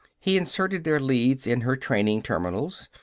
he inserted their leads in her training-terminals.